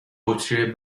بطری